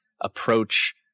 approach